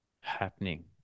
happening